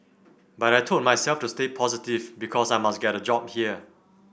but I told myself to stay positive because I must get a job here